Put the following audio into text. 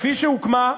כפי שהוקמה.